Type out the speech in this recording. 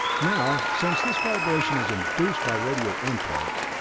now, since this vibration is induced by radio impulse,